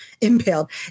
Impaled